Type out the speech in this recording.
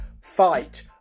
fight